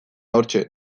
hortxe